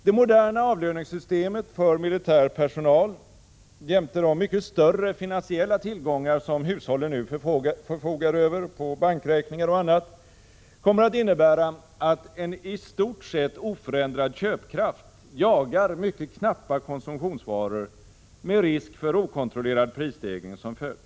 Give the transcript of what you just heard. Det moderna avlöningssystemet för militär personal jämte de mycket större finansiella tillgångar som hushållen nu förfogar över på bankräkningar och annat kommer att innebära att en i stort sett oförändrad köpkraft jagar mycket knappa Prot. 1986/87:46 konsumtionsvaror med risk för okontrollerad prisstegring som följd.